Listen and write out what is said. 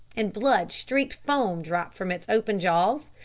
and blood-streaked foam dropped from its open jaws,